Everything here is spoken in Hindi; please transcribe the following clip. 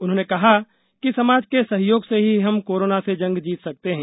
उन्होंने कहा कि समाज के सहयोग से ही हम कोरोना से जंग जीत सकते हैं